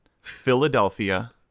Philadelphia